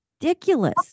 Ridiculous